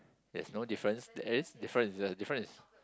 there's no difference there is difference the difference is